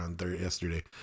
yesterday